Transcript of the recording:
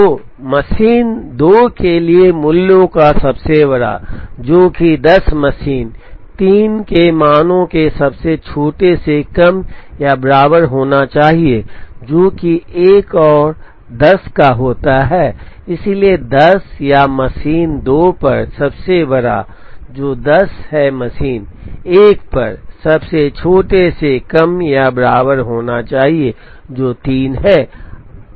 तो मशीन 2 के लिए मूल्यों का सबसे बड़ा जो कि 10 मशीन 3 के मानों के सबसे छोटे से कम या बराबर होना चाहिए जो कि एक और 10 का होता है इसलिए 10 या मशीन 2 पर सबसे बड़ा जो 10 है मशीन 1 पर सबसे छोटे से कम या बराबर होना चाहिए जो 3 है